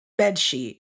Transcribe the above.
bedsheet